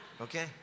Okay